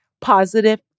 positive